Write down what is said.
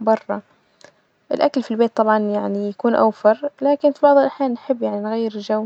برا، الأكل في البيت طبعا يعني يكون أوفر، لكن في بعض الأحيان نحب يعني نغير جو.